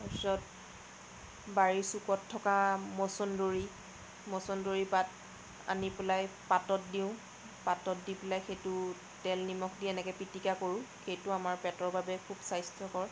তাৰপিছত বাৰীৰ চুকত থকা মছন্দৰী মছন্দৰী পাত আনি পেলাই পাতত দিওঁ পাতত দি পেলাই সেইটো তেল নিমখ দি এনেকে পিটিকা কৰোঁ সেইটো আমাৰ পেটৰ বাবে খুব স্বাস্থ্যকৰ